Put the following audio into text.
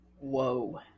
Whoa